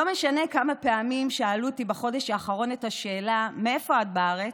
לא משנה כמה פעמים שאלו אותי בחודש האחרון את השאלה: מאיפה את בארץ?